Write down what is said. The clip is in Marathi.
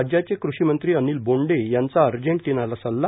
राज्याचे कृषीमंत्री अनिल बोंडे यांचा अर्जेटिनाला सल्ला